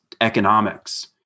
economics